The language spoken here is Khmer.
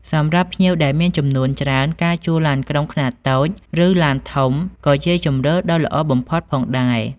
សម្រាប់ភ្ញៀវដែលមានចំនួនច្រើន ការជួលឡានក្រុងខ្នាតតូចឬឡានធំក៏ជាជម្រើសដ៏ល្អបំផុតផងដែរ។